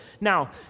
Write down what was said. Now